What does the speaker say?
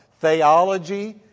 Theology